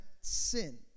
sin